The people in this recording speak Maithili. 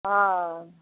हँ